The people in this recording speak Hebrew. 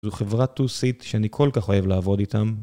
זו חברת 2seat שאני כל כך אוהב לעבוד איתם.